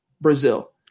Brazil